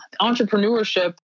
Entrepreneurship